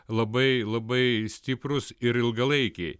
labai labai stiprūs ir ilgalaikiai